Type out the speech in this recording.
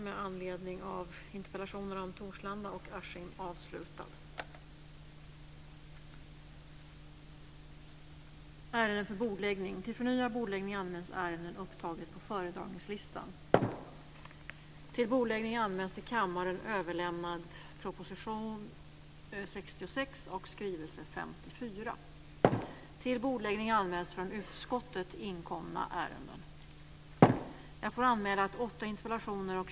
Låt oss återkomma till diskussionerna i de här frågorna när vi har ett nytt underlag från Kommundemokratikommittén att diskutera.